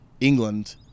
England